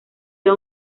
era